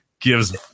gives